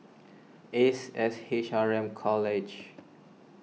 Ace S H R M College